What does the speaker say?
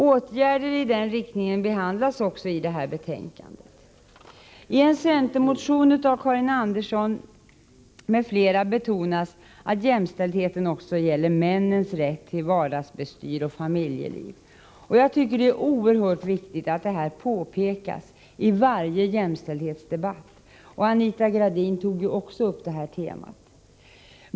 Åtgärder i den riktningen behandlas också i det här betänkandet. I en centermotion av Karin Andersson m.fl. betonas att jämställdheten också gäller männens rätt till vardagsbestyr och familjeliv. Jag tycker att det är oerhört viktigt att detta påpekas i varje jämställdhetsdebatt. Anita Gradin tog också upp detta tema.